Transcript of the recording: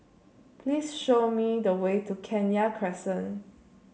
please show me the way to Kenya Crescent